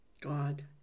God